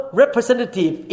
representative